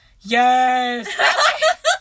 yes